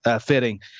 fitting